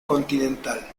continental